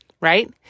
right